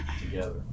together